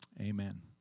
Amen